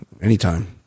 anytime